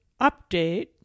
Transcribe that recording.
update